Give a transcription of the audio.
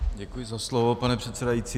Děkuji za slovo, pane předsedající.